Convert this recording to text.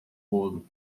bolo